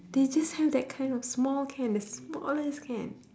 they just have that kind of small can the smallest can